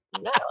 No